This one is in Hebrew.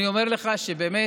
אני אומר לך שבאמת,